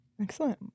Excellent